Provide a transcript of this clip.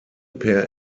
per